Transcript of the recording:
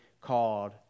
called